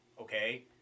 okay